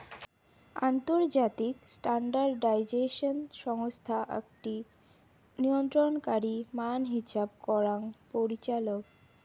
আন্তর্জাতিক স্ট্যান্ডার্ডাইজেশন সংস্থা আকটি নিয়ন্ত্রণকারী মান হিছাব করাং পরিচালক